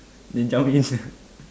then jump in